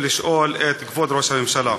של לשאול את כבוד ראש הממשלה.